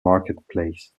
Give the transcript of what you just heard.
marketplace